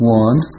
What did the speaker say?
one